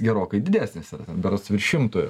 gerokai didesnis yra berods virš šimto